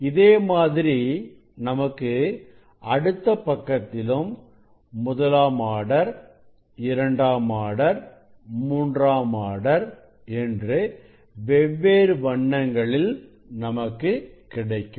இதே மாதிரி நமக்கு அடுத்த பக்கத்திலும் முதலாம் ஆர்டர் இரண்டாம் ஆர்டர் மூன்றாம் ஆர்டர் என்று வெவ்வேறு வண்ணங்களில் நமக்கு கிடைக்கும்